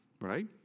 Right